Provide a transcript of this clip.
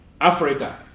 Africa